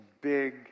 big